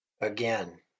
Again